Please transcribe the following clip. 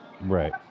Right